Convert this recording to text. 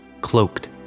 cloaked